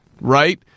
right